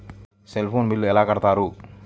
Cell phone bill ఎలా కట్టారు?